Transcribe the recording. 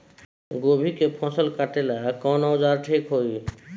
गोभी के फसल काटेला कवन औजार ठीक होई?